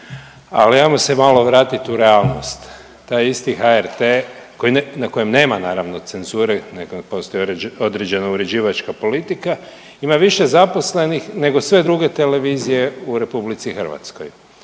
ali ajmo se malo vratiti u realnost taj isti HRT koji nema, na nema naravno cenzure nego postoji određena uređivačka politika ima više zaposlenih nego sve druge televizije u RH, proizvodi